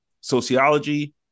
sociology